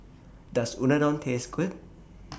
Does Unadon Taste Good